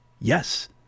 Yes